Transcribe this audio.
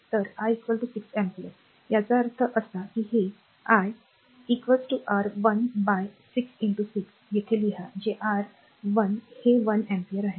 तर I 6 ampere याचा अर्थ असा की हे 1 r 1 बाय 6 6 येथे लिहा जे r 1 हे 1 अँपिअर आहे